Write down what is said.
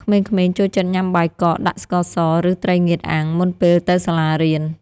ក្មេងៗចូលចិត្តញ៉ាំបាយកកដាក់ស្ករស ឬត្រីងៀតអាំង មុនពេលទៅសាលារៀន។